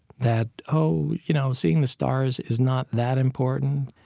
that, oh, you know seeing the stars is not that important.